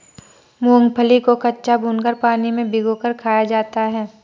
मूंगफली को कच्चा, भूनकर, पानी में भिगोकर खाया जाता है